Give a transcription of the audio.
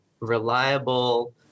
reliable